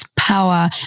power